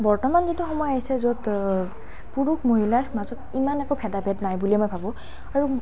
বৰ্তমান যিটো সময় আহিছে য'ত পুৰুষ মহিলাৰ মাজত ইমান একো ভেদা ভেদ নাই বুলিয়ে মই ভাবোঁ আৰু